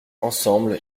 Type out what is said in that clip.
ensemble